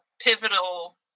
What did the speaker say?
pivotal